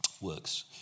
works